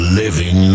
living